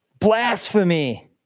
blasphemy